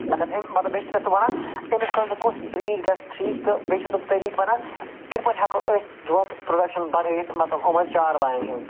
مَطلَب اَمہِ مطلب بیٚیہِ چھِ مےٚ تِم ونان أمِس خٲطرٕ کُس برٛیٖڈ گَژھِ ٹھیٖک تہٕ بیٚیہِ چھِ مےٚ تِم طریقہ ونان کِتھ پٲٹھۍ ہٮ۪کو أسۍ دۄد پرٛوڈَکشَن بَڑٲوِتھ مَطلَب یِمَن چاروایَن ہِنٛز